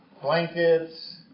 blankets